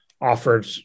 offered